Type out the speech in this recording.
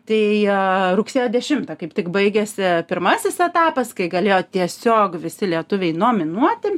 tai rugsėjo dešimtą kaip tik baigėsi pirmasis etapas kai galėjo tiesiog visi lietuviai nominuoti